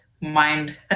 mind